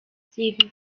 sieben